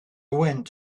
went